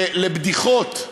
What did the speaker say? לבדיחות.